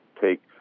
take